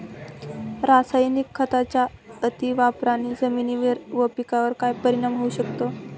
रासायनिक खतांच्या अतिवापराने जमिनीवर व पिकावर काय परिणाम होऊ शकतो?